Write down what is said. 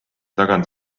tagant